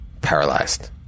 paralyzed